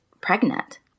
pregnant